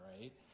Right